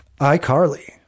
iCarly